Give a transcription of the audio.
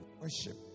worship